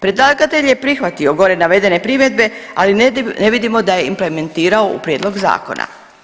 Predlagatelj je prihvatio gore navedene primjedbe, ali ne vidimo da je implementirao u prijedlog zakona.